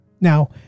Now